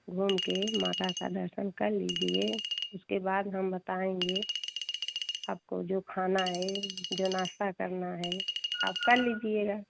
घूम कर माता का दर्शन कर लीजिए उसके बाद हम बताएँगे आपको जो खाना है जो नाश्ता करना है आप कर लीजिएगा